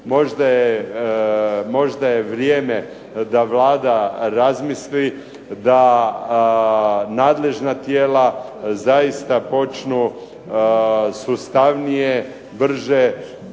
možda je vrijeme da Vlada razmisli da nadležna tijela zaista počnu sustavnije, brže